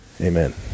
Amen